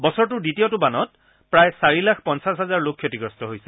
বছৰটোৰ দ্বিতীয়টো বানত প্ৰায় চাৰি লাখ পঞ্চাছ হাজাৰ লোক ক্ষতিগ্ৰস্ত হৈছে